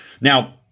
Now